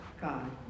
god